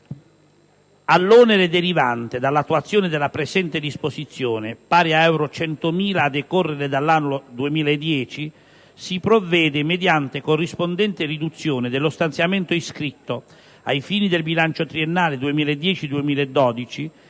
All'onere derivante dall'attuazione della presente disposizione, pari a euro 100.000 a decorrere dall'anno 2010, si provvede mediante corrispondente riduzione dello stanziamento iscritto, ai fini del bilancio triennale 2010-2012,